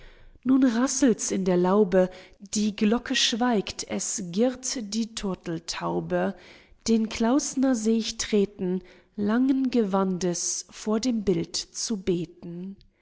nun rasselt's in der laube die glocke schweigt es girrt die turteltaube den klausner seh ich treten langen gewandes vor dem bild zu beten